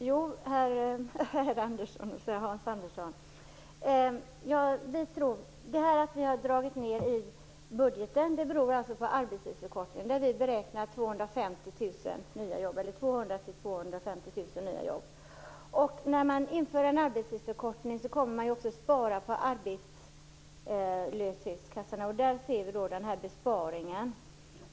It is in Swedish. Herr talman! Hans Andersson! Att vi har dragit ner i budgeten beror alltså på arbetstidsförkortningen. Vi räknar med 200 000-250 000 nya jobb. När man inför en arbetstidsförkortning kommer man ju också att spara på arbetslöshetskassorna. Där ser vi då den här besparingen.